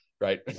right